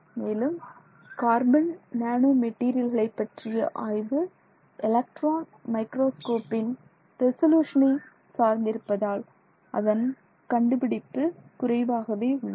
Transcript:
மேலும் carbon nano மெட்டீரியல்களை பற்றிய ஆய்வு எலக்ட்ரான் மைக்ரோஸ்கோப்பின் ரெசல்யூசனை சார்ந்திருப்பதால் அதன் கண்டுபிடிப்பு குறைவாகவே உள்ளது